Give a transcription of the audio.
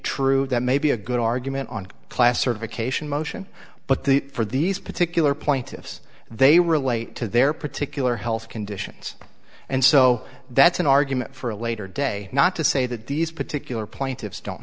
true that may be a good argument on class certification motion but the for these particular point if they relate to their particular health conditions and so that's an argument for a later day not to say that these particular plaintiffs don't